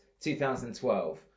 2012